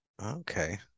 Okay